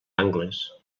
angles